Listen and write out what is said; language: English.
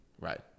right